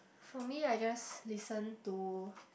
for me I just listen to